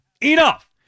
enough